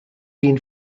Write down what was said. been